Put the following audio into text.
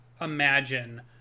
imagine